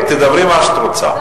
ותדברי תאמרי מה שאת רוצה.